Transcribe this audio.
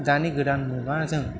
दानि गोदान मुगाजों